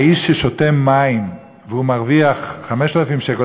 האיש ששותה מים והוא מרוויח 5,000 שקל,